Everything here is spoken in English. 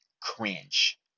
cringe